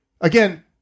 again